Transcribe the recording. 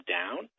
down